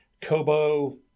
Kobo